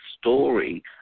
story